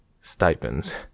stipends